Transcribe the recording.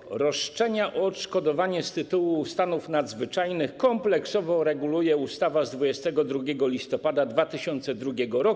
Kwestię roszczeń o odszkodowania z tytułu stanów nadzwyczajnych kompleksowo reguluje ustawa z 22 listopada 2002 r.